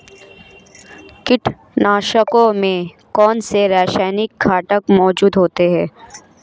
कीटनाशकों में कौनसे रासायनिक घटक मौजूद होते हैं?